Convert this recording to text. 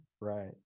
right